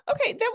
Okay